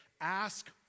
ask